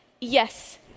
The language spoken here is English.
Yes